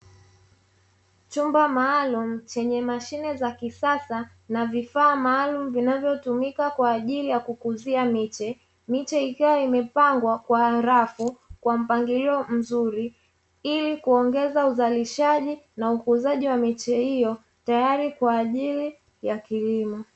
Chumba maalumu chenye mashine za kisasa na vifaa maalumu zinazotumika kwa ajili ya kukuzia miche, miche ikiwa imepangwa kwa rafu kwa mpangilio mzuri ili kuongeza uzalishaji na ukuzaji wa miche hiyo tayari kwa ajili ya kilimo.